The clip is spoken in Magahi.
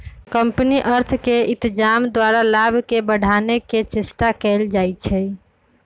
कंपनी अर्थ के इत्जाम द्वारा लाभ के बढ़ाने के चेष्टा कयल जाइ छइ